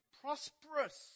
prosperous